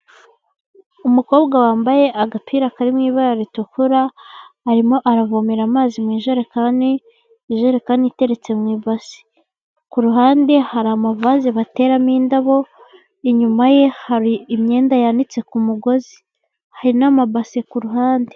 Umukobwa wambaye agapira karimo ibara ritukura, arimo aravomera amazi mu ijerekani, ijerekani iteretse mu ibasi, ku ruhande hari amavase bateramo indabo, inyuma ye hari imyenda yanitse ku mugozi, hari n'amabasi ku ruhande.